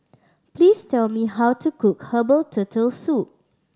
please tell me how to cook herbal Turtle Soup